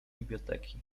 biblioteki